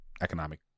economic